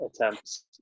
attempts